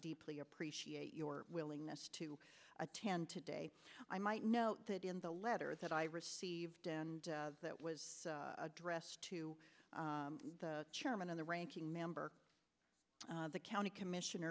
deeply appreciate your willingness to attend today i might note that in the letter that i received and that was addressed to the chairman and the ranking member the county commissioner